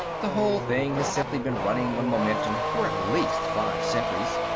the whole thing has simply been running on momentum for at least five centuries,